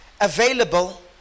available